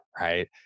right